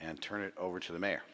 and turn it over to the mayor